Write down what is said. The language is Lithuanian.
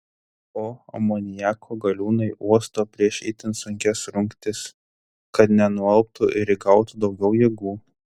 o amoniako galiūnai uosto prieš itin sunkias rungtis kad nenualptų ir įgautų daugiau jėgų